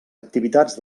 activitats